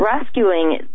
rescuing